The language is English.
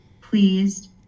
pleased